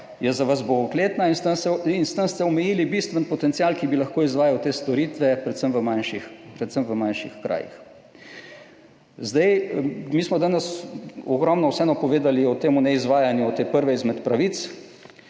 je za vas bogokletna in s tem ste omejili bistven potencial, ki bi lahko izvajal te storitve predvsem v manjših, predvsem v manjših krajih. Zdaj, mi smo danes ogromno vseeno povedali o tem neizvajanju te prve izmed pravic.